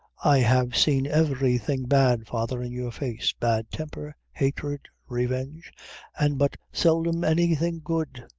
i have seen every thing bad, father, in your face bad temper, hatred, revenge an' but seldom any thing good.